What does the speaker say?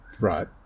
Right